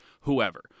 whoever